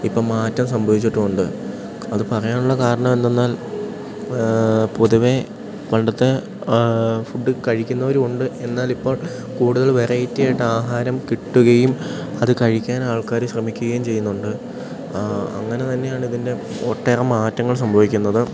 ഇപ്പം മാറ്റം സംഭവിച്ചിട്ടുണ്ട് അത് പറയാനുള്ള കാരണമെന്തെന്നാൽ പൊതുവേ പണ്ടത്തെ ഫുഡ് കഴിക്കുന്നവരും ഉണ്ട് എന്നാലിപ്പം കൂടുതൽ വെറൈറ്റി ആയിട്ട് ആഹാരം കിട്ടുകയും അത് കഴിക്കാനാൾക്കാർ ശ്രമിക്കുകയും ചെയ്യുന്നുണ്ട് അങ്ങനെ തന്നെയാണിതിൻ്റെ ഒട്ടേറെ മാറ്റങ്ങൾ സംഭവിക്കുന്നത്